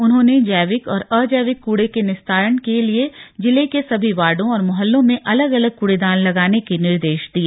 उन्होंने जैविक और अजैविक कूड़े के निस्तारण के लिए जिले के सभी वार्डो और मोहल्लों में अलग अलग कूड़ेदान लगाने के निर्देश दिए